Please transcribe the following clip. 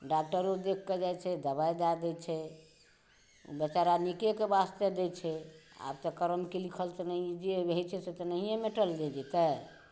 डाक्टरो देख कऽ जाइ छै दबाइ दए दै छै ओ बेचारा नीकेके वास्ते दै छै आ लिखल तऽ जे रहै छै से तऽ नहिये मेटल ने जेतै